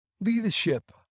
Leadership